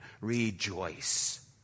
rejoice